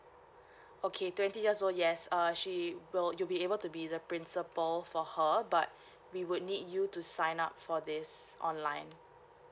okay twenty years old yes err she will you'll be able to be the principal for her but we would need you to sign up for this online